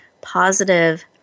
positive